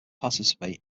participate